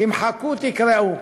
תמחקו, תקרעו,